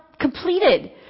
completed